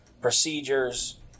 procedures